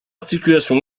articulation